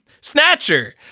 Snatcher